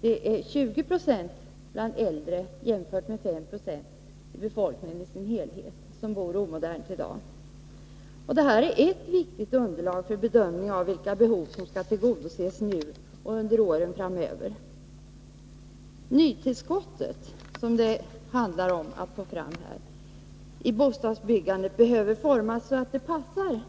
Det är 20 2 bland äldre jämfört med 5 96 av befolkningen i dess helhet som bor omodernt i dag. Det här är ett viktigt underlag för bedömningen av vilka behov som skall tillgodoses under åren framöver. Det nytillskott i bostadsbyggandet som det handlar om att få fram behöver formas så att det passar